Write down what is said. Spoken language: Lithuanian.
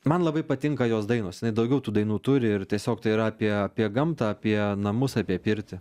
man labai patinka jos dainos daugiau tų dainų turi ir tiesiog tai yra apie apie gamtą apie namus apie pirtį